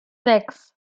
sechs